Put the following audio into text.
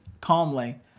calmly